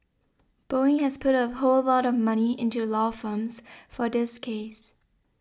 Boeing has put a whole lot of money into law firms for this case